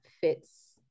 fits